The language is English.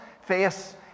face